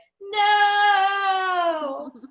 no